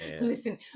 Listen